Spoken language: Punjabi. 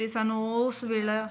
ਅਤੇ ਸਾਨੂੰ ਉਸ ਵੇਲਾ